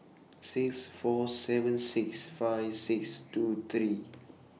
six four seven six five six two three